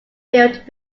built